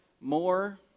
more